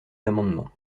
l’amendement